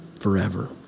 forever